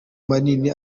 manini